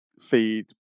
feed